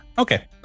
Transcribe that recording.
Okay